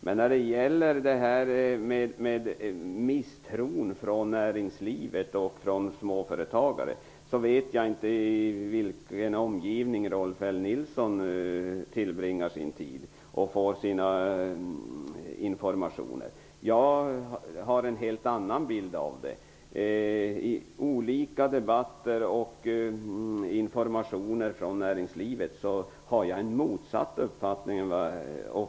När Rolf L Nilson talar om misstron från näringslivet och från småföretagarna, undrar jag i vilken omgivning Rolf L Nilson tillbringar sin tid och varifrån han får sina informationer. Jag har en helt annan bild. Genom olika debatter och informationer från näringslivet har jag fått en annan uppfattning.